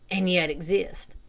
and yet exist.